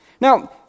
Now